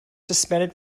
suspended